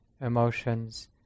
emotions